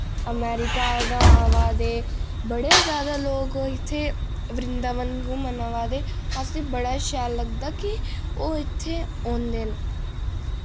America दा आवा दे बड़े ज्यादा लोक ओह् इत्थै वृन्दावन घुम्मन आवा दे असें बड़ा शैल लगदा के ओह् इत्थै औंदे न